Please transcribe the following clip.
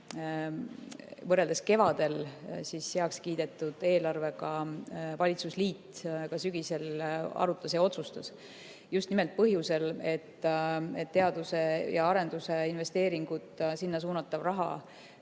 võrreldes kevadel heakskiidetud eelarvega valitsusliit ka sügisel arutas ja otsustas. Seda just nimelt põhjusel, et teaduse ja arenduse investeeringud, sinna suunatav raha